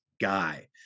guy